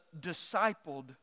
discipled